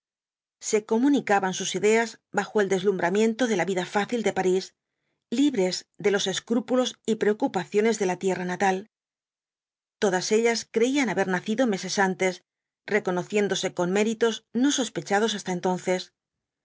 se comunicaban sus ideas bajo el deslumbramiento de la vida fácil de parís libres de los escrúpulos y preocupaciones de la tierra natal todas ellas creían haber nacido meses los uitatko jinktbs dhl apocalipsis antes reconociéndose con méritos no sospechados hasta entonces